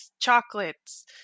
chocolates